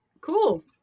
Cool